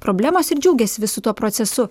problemos ir džiaugiasi visu tuo procesu